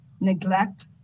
neglect